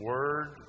Word